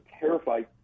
terrified